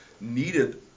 needed